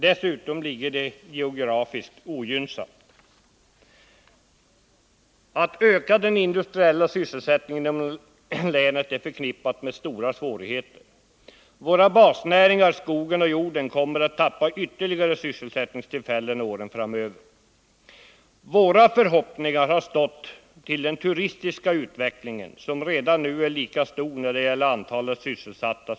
Dessutom ligger det geografiskt ogynnsamt. Att öka den industriella sysselsättningen inom länet är förknippat med stora svårigheter. Våra basnäringar, skogen och jorden, kommer att tappa ytterligare sysselsättningstillfällen åren framöver. Våra förhoppningar har stått till turismen, som redan nu är lika stor som jordoch skogsbruket när det gäller antalet sysselsatta.